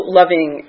loving